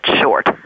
short